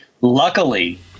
Luckily